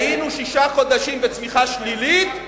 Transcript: היינו שישה חודשים בצמיחה שלילית,